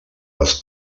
les